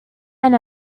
and